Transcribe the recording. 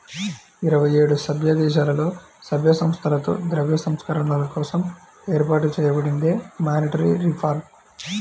ఇరవై ఏడు సభ్యదేశాలలో, సభ్య సంస్థలతో ద్రవ్య సంస్కరణల కోసం ఏర్పాటు చేయబడిందే మానిటరీ రిఫార్మ్